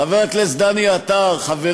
חבר הכנסת דני עטר, חבר